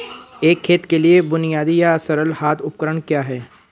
एक खेत के लिए बुनियादी या सरल हाथ उपकरण क्या हैं?